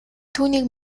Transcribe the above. түүнийг